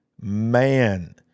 man